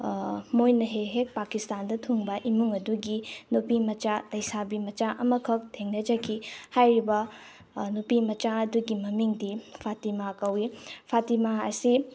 ꯃꯣꯏꯅ ꯍꯦꯛ ꯍꯦꯛ ꯄꯥꯀꯤꯁꯇꯥꯟꯗ ꯊꯨꯡꯕ ꯏꯃꯨꯡ ꯑꯗꯨꯒꯤ ꯅꯨꯄꯤ ꯃꯆꯥ ꯂꯩꯁꯥꯕꯤ ꯃꯆꯥ ꯑꯃꯈꯛ ꯊꯦꯡꯅꯖꯈꯤ ꯍꯥꯏꯔꯤꯕ ꯅꯨꯄꯤ ꯃꯆꯥ ꯑꯗꯨꯒꯤ ꯃꯃꯤꯡꯗꯤ ꯐꯇꯤꯃꯥ ꯀꯧꯏ ꯐꯇꯤꯃꯥ ꯑꯁꯤ